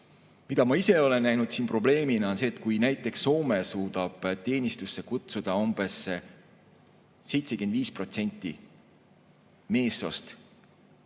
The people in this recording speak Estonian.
Mida ma ise olen näinud siin probleemina, on see, et näiteks Soome suudab teenistusse kutsuda umbes 75% meessoost